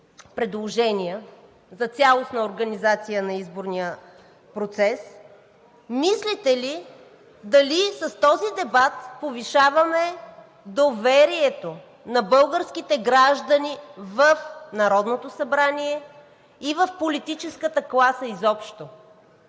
за цялостна организация на изборния процес? Мислите ли дали с този дебат повишаваме доверието на българските граждани в Народното събрание и в политическата класа изобщо?